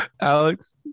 Alex